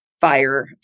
fire